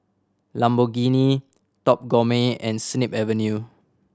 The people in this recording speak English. Lamborghini Top Gourmet and Snip Avenue